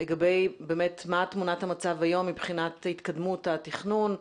לגבי מה תמונת המצב היום מבחינת התקדמות התכנון,